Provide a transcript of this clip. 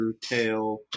Tail